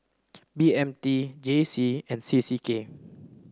B M T J C and C C K